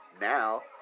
Now